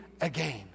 again